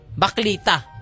Baklita